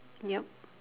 yup